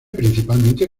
principalmente